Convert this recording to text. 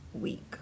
week